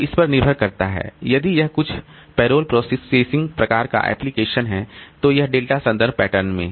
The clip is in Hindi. तो इस पर निर्भर करता है यदि यह कुछ पेरोल प्रोसेसिंग प्रकार का एप्लीकेशन है तो यह डेल्टा संदर्भ पैटर्न में